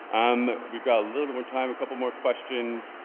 um we've got a little bit more time. a couple more questions.